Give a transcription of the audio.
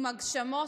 עם הגשמות,